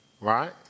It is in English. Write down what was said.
right